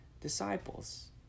disciples